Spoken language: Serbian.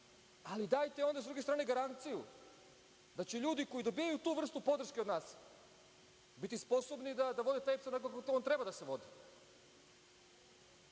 ali dajte onda, sa druge strane, garanciju da će ljudi koji dobijaju tu vrstu podrške od nas biti sposobni da vode taj EPS onako kako on treba da se vodi.